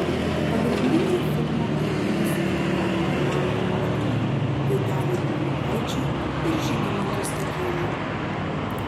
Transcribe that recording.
pagrindiniai filmo vaidmenys atiteko donatui katkui vyteniui pauliukaičiui ir žygimantui stakėnui